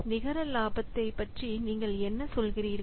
நிகர இலாபத்தை பற்றி நீங்கள் என்ன சொல்கிறீர்கள்